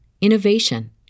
innovation